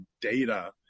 data